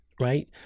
right